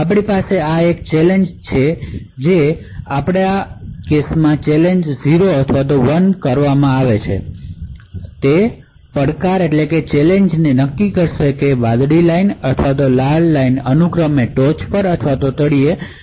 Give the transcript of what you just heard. આપણી પાસે પણ એક ચેલેંજ છે આપણી પાસે ચેલેંજ છે જે 0 અથવા 1 છે અને ચેલેંજ નક્કી કરે છે કે વાદળી રેખા અથવા લાલ રેખા અનુક્રમે ટોચ પર અથવા તળિયે જશે